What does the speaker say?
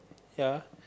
ya